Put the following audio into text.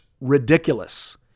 ridiculous